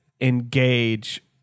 engage